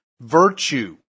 virtue